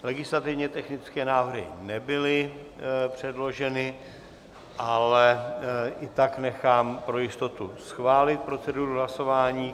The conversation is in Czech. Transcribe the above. Legislativně technické návrhy nebyly předloženy, ale i tak nechám pro jistotu schválit proceduru hlasování.